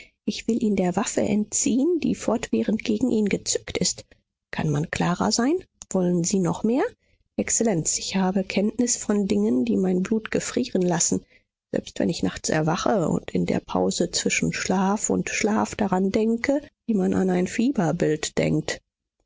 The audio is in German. ich will ihn der waffe entziehen die fortwährend gegen ihn gezückt ist kann man klarer sein wollen sie noch mehr exzellenz ich habe kenntnis von dingen die mein blut gefrieren lassen selbst wenn ich nachts erwache und in der pause zwischen schlaf und schlaf daran denke wie man an ein fieberbild denkt